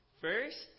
First